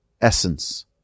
essence